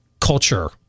culture